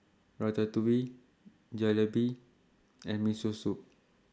Ratatouille Jalebi and Miso Soup